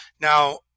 Now